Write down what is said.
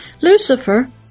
Lucifer